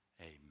amen